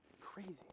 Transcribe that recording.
Crazy